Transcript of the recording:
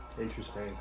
Interesting